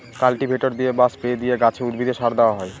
cultivator দিয়ে বা spray দিয়ে গাছে, উদ্ভিদে সার দেওয়া হয়